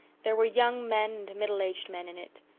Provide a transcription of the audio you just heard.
there were young men and middle-aged men in it.